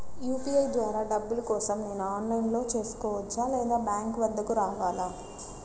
UPI ద్వారా డబ్బులు కోసం నేను ఆన్లైన్లో చేసుకోవచ్చా? లేదా బ్యాంక్ వద్దకు రావాలా?